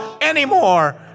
anymore